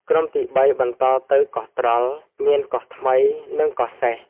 ក្រុមទីបី បន្តទៅ កោះត្រល់ មានកោះថ្មី និង កោះសេះ ។